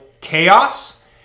chaos